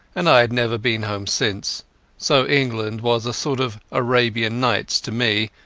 and i had never been home since so england was a sort of arabian nights to me,